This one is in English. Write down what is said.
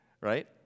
right